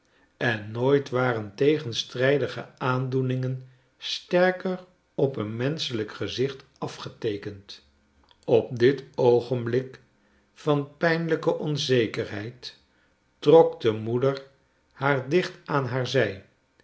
en nooit waren tegenstrijdige aandoeningen sterker op een menschelijk gezicht afgeteekend op dit oogenblik van pijnlijke onzekerheid trok de moeder haar dicht aan haar zij